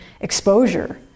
exposure